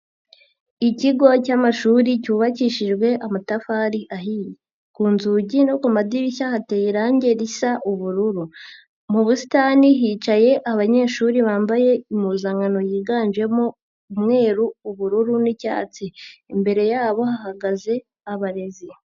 Ikigo cymashuri cyubakishijwe amatafari ahiye, ku nzugi no ku madirishya hateye irangi risa ubururu, mu busitani hicaye abanyeshuri bambaye impuzankano yiganjemo umweru, ubururu n'icyatsi, imbere yabo hahagaze abarezi.